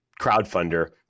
crowdfunder